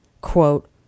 quote